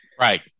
Right